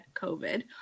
covid